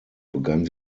begann